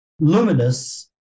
luminous